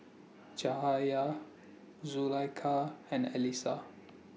Cahaya Zulaikha and Alyssa